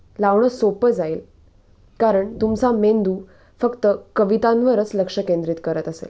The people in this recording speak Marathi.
लावणं सोपं जाईल कारण तुमचा मेंदू फक्त कवितांवरच लक्ष केंद्रित करत असेल